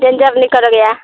dander निकल गया